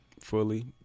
fully